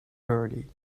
early